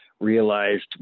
realized